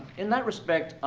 in that respect,